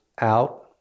out